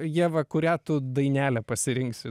ieva kurią tu dainelę pasirinksi